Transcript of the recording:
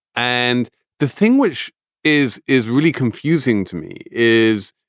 and the thing which is, is really confusing to me is.